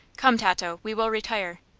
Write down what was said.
come, tato we will retire.